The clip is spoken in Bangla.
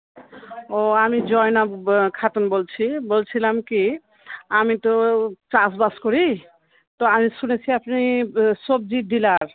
ও আমি জয়নাব খাতুন বলছি বলছিলাম কী আমি তো চাষবাস করি তো আমি শুনেছি আপনি সবজির ডিলার